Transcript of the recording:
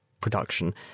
production